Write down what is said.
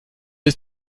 ist